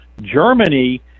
Germany